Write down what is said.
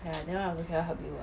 that [one] also cannot help you ah